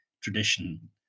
tradition